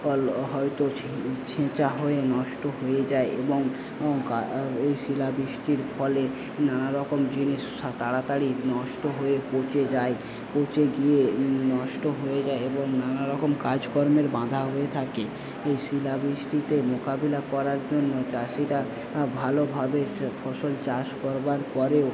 হয়তো ছেচা হয়ে নষ্ট হয়ে যায় এবং এই শিলাবৃষ্টির ফলে নানারকম জিনিস তাড়াতাড়ি নষ্ট হয়ে পচে যায় পচে গিয়ে নষ্ট হয়ে যায় এবং নানারকম কাজকর্মের বাঁধা হয়ে থাকে এই শিলাবৃষ্টিতে মোকাবিলা করার জন্য চাষিরা ভালোভাবে ফসল চাষ করবার পরেও